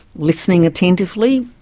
listening attentively,